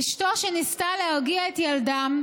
אשתו, שניסתה להרגיע את ילדם,